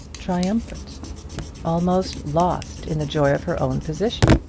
triumphant almost lost in the joy of her own position!